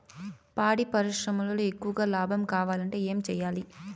పాడి పరిశ్రమలో ఎక్కువగా లాభం కావాలంటే ఏం చేయాలి?